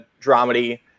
dramedy